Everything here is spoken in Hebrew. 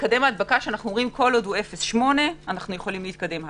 כל עוד מקדם ההדבקה הוא 0.8, אפשר להתקדם הלאה.